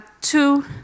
two